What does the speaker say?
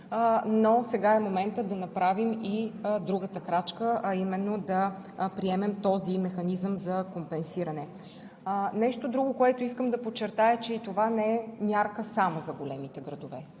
но сега е моментът да направим и другата крачка, а именно да приемем този механизъм за компенсиране. Нещо друго, което искам да подчертая, е, че това не е мярка само за големите градове,